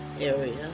area